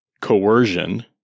coercion